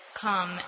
come